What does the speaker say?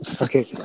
Okay